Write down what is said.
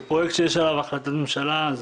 זה פרויקט שיש עליו החלטת ממשלה.